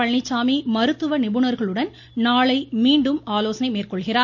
பழனிச்சாமி மருத்துவ நிபுணர்களுடன் நாளை மீண்டும் ஆலோசனை மேற்கொள்கிறார்